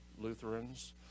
Lutherans